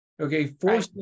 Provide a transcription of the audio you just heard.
Okay